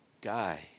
guy